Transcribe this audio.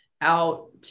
out